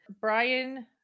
Brian